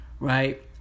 Right